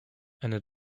eine